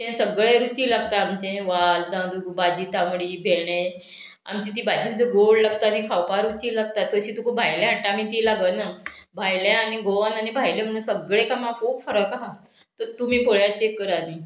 तें सगळें रुची लागता आमचें वाल तांदूक भाजी तांबडी भेंडे आमची ती भाजी म्हणजे गोड लागता आनी खावपा रुची लागता तशी तुका भायले हाडटा आमी ती लागना भायले आनी गोवन आनी भायले म्हण सगळें कामां खूब फरक आहा तर तुमी पळयात चॅक करा न्ही